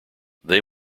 they